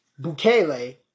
Bukele